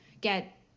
get